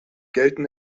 gelten